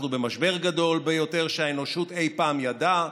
אנחנו במשבר הגדול ביותר שהאנושות אי פעם ידעה,